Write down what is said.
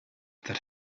that